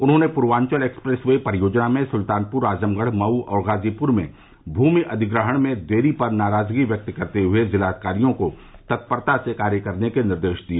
उन्होंने Purvanchal expressway परियोजना में सुल्तानपुर आजमगढ़ मऊ और गाजीपुर में भूमि अधिग्रहण में देरी पर नाराजगी व्यक्त करते हुए जिलाधिकारियों को तत्परता से कार्य करने के निर्देश दिए